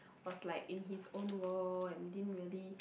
was like in his own world and didn't really